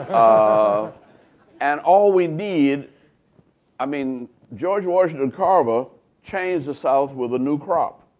ah and all we need i mean, george washington carver changed the south with a new crop,